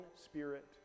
spirit